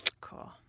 Cool